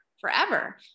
forever